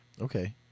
Okay